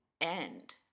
end